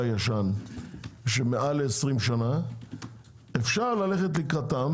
ישן של מעל ל-20 שנה אפשר ללכת לקראתם